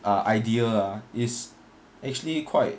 ah idea ah is actually quite